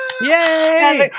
Yay